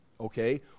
Okay